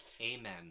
Amen